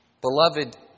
Beloved